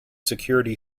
security